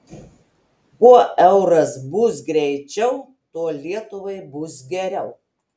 kuo euras bus greičiau tuo lietuvai bus geriau